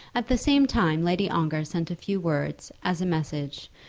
at the same time lady ongar sent a few words, as a message,